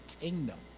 kingdom